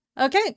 Okay